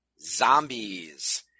Zombies